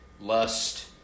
lust